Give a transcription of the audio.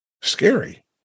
scary